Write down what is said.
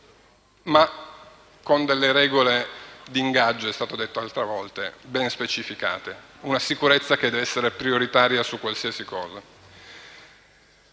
ma con delle regole d'ingaggio, come è stato detto altre volte, ben specificate. La sicurezza deve essere prioritaria su qualsiasi cosa.